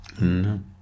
No